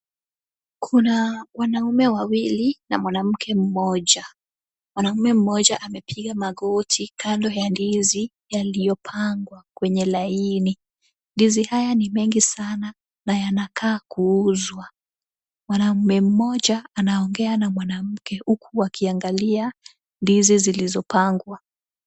Kuna wanaume wawili na mwanamke mmoja. Mwanamume mmoja amepiga magoti kando ya ndizi zilizopangwa kwenye laini. Ndizi hizi ni nyingi sana na yanakaa kuuzwa. Mwanamume mmoja anaongea na mwanamke, huku wakiangalia ndizi zilizopangwa.